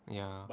ya